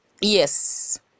Yes